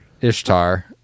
Ishtar